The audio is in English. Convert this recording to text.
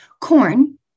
corn